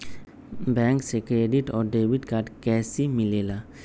Bank से credit और debit card कैसी मिलेला?